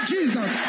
Jesus